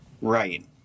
Right